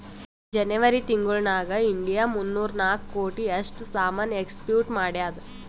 ಜನೆವರಿ ತಿಂಗುಳ್ ನಾಗ್ ಇಂಡಿಯಾ ಮೂನ್ನೂರಾ ನಾಕ್ ಕೋಟಿ ಅಷ್ಟ್ ಸಾಮಾನ್ ಎಕ್ಸ್ಪೋರ್ಟ್ ಮಾಡ್ಯಾದ್